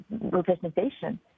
representation